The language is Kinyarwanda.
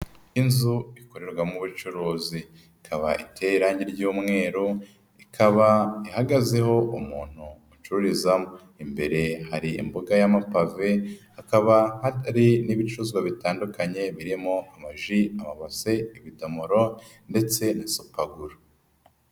Inzu ikorerwamo ubucuruzi ikaba iteye irangi ry'umweru ikaba ihagazeho umuntu ucururizamo, imbere hari imboga y'amapave hakaba hari n'ibicuruzwa bitandukanye birimo amaji, amabase, ibidomoro ndetse na supagura.